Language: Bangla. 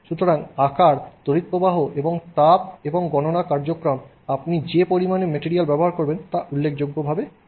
সুতরাং আকার তড়িৎপ্রবাহ এবং তাপ এবং গণনা কার্যক্রম এবং আপনি যে পরিমাণ মেটেরিয়াল ব্যবহার করেন তা উল্লেখযোগ্যভাবে কম হবে